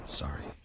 sorry